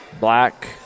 black